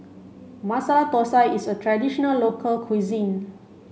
Masala Thosai is a traditional local cuisine